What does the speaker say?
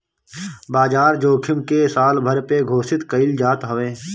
बाजार जोखिम के सालभर पे घोषित कईल जात हवे